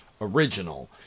original